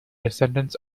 descendants